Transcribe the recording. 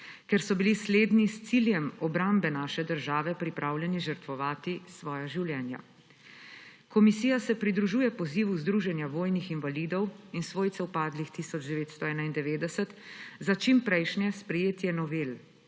ker so bili slednji s ciljem obrambe naše države pripravljeni žrtvovati svoja življenja. Komisija se pridružuje pozivu Združenja vojnih invalidov in svojcev padlih 1991 za čimprejšnje sprejetje novel